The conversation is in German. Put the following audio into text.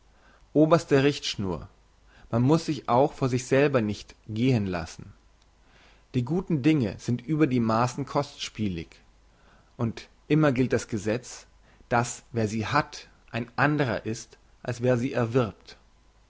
oberste richtschnur man muss sich auch vor sich selber nicht gehen lassen die guten dinge sind über die maassen kostspielig und immer gilt das gesetz dass wer sie hat ein andrer ist als wer sie erwirbt